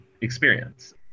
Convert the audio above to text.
experience